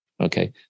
okay